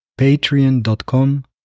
Patreon.com